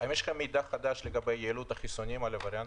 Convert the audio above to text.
האם יש לכם מידע חדש לגבי יעילות החיסונים על הווריאנטים?